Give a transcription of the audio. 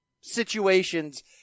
situations